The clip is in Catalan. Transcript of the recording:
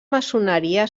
maçoneria